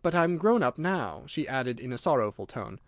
but i'm grown up now, she added in a sorrowful tone